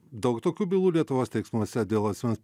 daug tokių bylų lietuvos teismuose dėl asmens